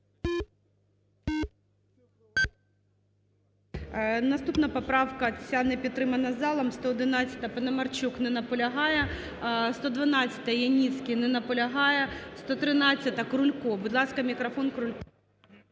Наступна поправка. Ця не підтримана залом. 111-а, Паламарчук. Не наполягає. 112-а, Яніцький. не наполягає. 113-а, Крулько. Будь ласка, мікрофон Крулько.